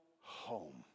home